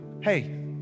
Hey